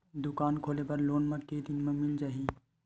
दुकान खोले बर लोन मा के दिन मा मिल जाही?